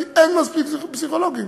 כי אין מספיק פסיכולוגים.